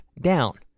Down